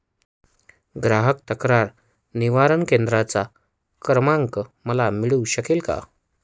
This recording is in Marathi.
ग्राहक तक्रार निवारण केंद्राचा क्रमांक मला मिळू शकेल का?